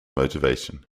motivation